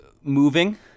moving